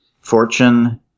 Fortune